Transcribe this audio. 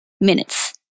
minutes